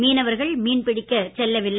மீனவர்கள் மீன்பிடிக்கச் செல்லவில்லை